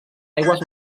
aigües